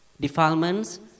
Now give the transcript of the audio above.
defilements